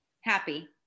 Happy